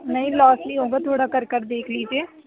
نہیں لاس نہیں ہوگا تھوڑا کر کر دیکھ لیجیے